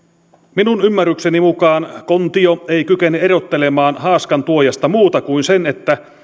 minun ymmärrykseni mukaan kontio ei kykene erottelemaan haaskantuojasta muuta kuin sen että